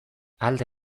alde